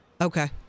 Okay